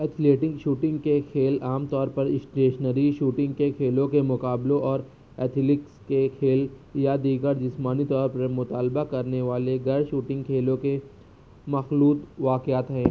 shooting کے کھیل عام طور پر اسٹیشنری شوٹنگ کے کھیلوں کے مقابلو اور کے کھیل یا دیگر جسمانی طور پر مطالبہ کرنے والے غیرشوٹنگ کھیلوں کے مخلوط واقعات ہے